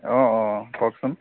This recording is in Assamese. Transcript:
অঁ অঁ কওকচোন